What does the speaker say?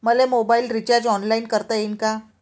मले mobile recharge online करता येईन का?